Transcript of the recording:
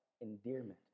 endearment